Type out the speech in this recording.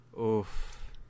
Oof